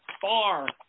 far